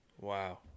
Wow